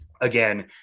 again